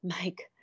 Mike